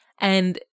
and-